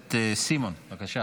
הכנסת סימון, בבקשה.